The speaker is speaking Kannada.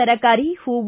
ತರಕಾರಿ ಹೂವು